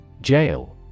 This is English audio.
Jail